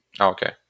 Okay